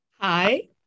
Hi